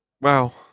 Wow